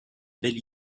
belle